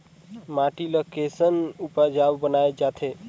माटी ला कैसन उपजाऊ बनाय जाथे?